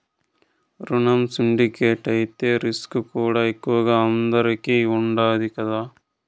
రునం సిండికేట్ అయితే రిస్కుకూడా ఎక్కువగా అందరికీ ఉండాది కదా